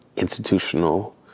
institutional